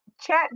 chat